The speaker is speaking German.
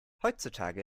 heutzutage